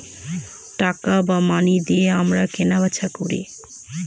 টাকা বা মানি দিয়ে আমরা কেনা বেচা করি